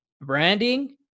Branding